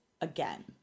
Again